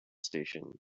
station